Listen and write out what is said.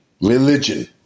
Religion